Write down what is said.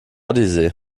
odyssee